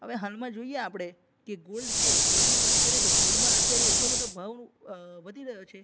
હવે હાલમાં જોઈએ આપણે કે ગોલ્ડ છે ગોલ્ડની વાત કરીએ તો ગોલ્ડમાં અત્યારે એટલો બધો ભાવ વધી રહ્યો છે